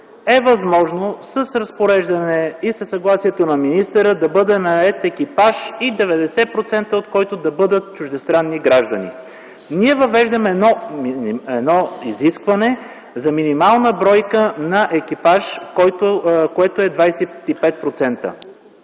е възможно с разпореждане и със съгласието на министъра да бъде нает екипаж, 90% от който да бъдат чуждестранни граждани. Ние въвеждаме изискване за минимална бройка на български екипаж 25%.